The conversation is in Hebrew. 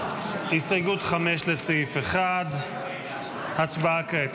הסתייגות 5 לסעיף 1, הצבעה כעת.